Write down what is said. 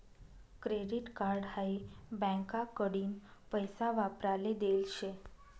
credit card हाई बँकाकडीन पैसा वापराले देल शे